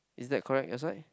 is that correct your side